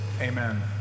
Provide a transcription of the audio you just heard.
amen